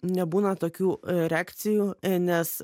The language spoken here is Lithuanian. nebūna tokių reakcijų nes